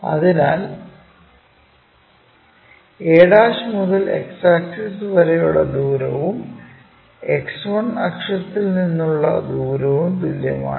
അതിനാൽ a മുതൽ X axis വരെ ഉള്ള ദൂരവും X1 അക്ഷത്തിൽ നിന്നും ഉള്ള ദൂരവും തുല്യമാണ്